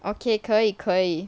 okay 可以可以